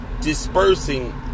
dispersing